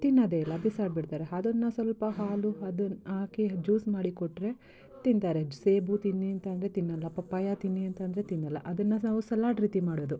ತಿನ್ನೋದೇ ಇಲ್ಲ ಬಿಸಾಡಿಬಿಡ್ತಾರೆ ಅದನ್ನು ಸ್ವಲ್ಪ ಹಾಲು ಅದನ್ನು ಹಾಕಿ ಜ್ಯೂಸ್ ಮಾಡಿ ಕೊಟ್ಟರೆ ತಿಂತಾರೆ ಸೇಬು ತಿನ್ನಿ ಅಂತಂದರೆ ತಿನ್ನಲ್ಲ ಪಪ್ಪಾಯ ತಿನ್ನಿ ಅಂತಂದರೆ ತಿನ್ನಲ್ಲ ಅದನ್ನು ನಾವು ಸಲಾಡ್ ರೀತಿ ಮಾಡೋದು